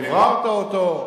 דיבררת אותו,